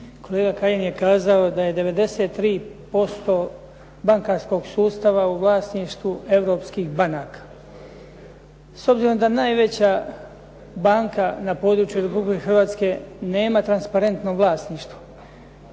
Kolega Kajin je kazao da je 93% bankarskog sustava u vlasništvu Europskih banaka. S obzirom da najveća banka na području Republike Hrvatske nema transparentno vlasništvo,